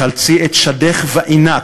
חלצי את שדך ואינק,